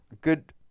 Good